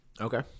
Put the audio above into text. Okay